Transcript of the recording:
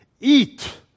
Eat